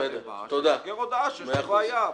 שיעביר הודעה שיש בעיה.